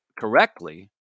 correctly